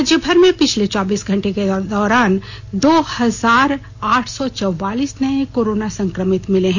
राज्यभर में पिछले चौबीस घंटे के दौरान दो हजार आठ सौ चौबालीस नए कोरोना संक्रमित मिले हैं